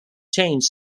change